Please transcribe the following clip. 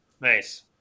nice